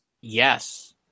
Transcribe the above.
Yes